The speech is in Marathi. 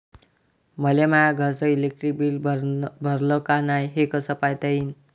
मले माया घरचं इलेक्ट्रिक बिल भरलं का नाय, हे कस पायता येईन?